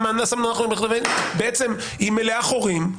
היא מלאה חורים,